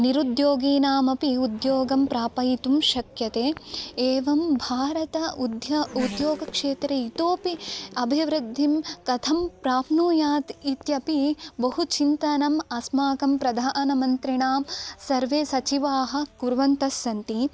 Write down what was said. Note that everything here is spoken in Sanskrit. निरुद्योगीनामपि उद्योगं प्रापयितुं शक्यते एवं भारत उध्य उद्योगक्षेत्रे इतोपि अभिवृद्धिं कथं प्राप्नूयात् इत्यपि बहु चिन्तनम् अस्माकं प्रधानमन्त्रिणां सर्वे सचिवाः कुर्वन्तस्सन्ति